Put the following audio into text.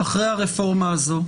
אחרי הרפורמה הזו,